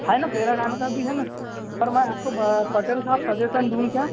है न पेरागॉन का भी है न पर मैं आपको पटेल साहब सजेशन दूँ क्या